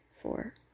four